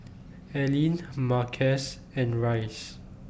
Aline Marquez and Rice